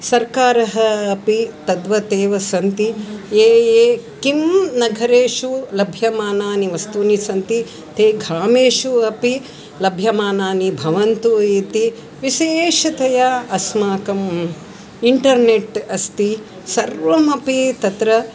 सर्वकारः अपि तद्वत् एव सन्ति ये ये किं नगरेषु लभ्यमानानि वस्तूनि सन्ति ते ग्रामेषु अपि लभ्यमानानि भवन्तु इति विशेषतया अस्माकम् इण्टर्नेट् अस्ति सर्वम् अपि तत्र